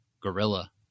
gorilla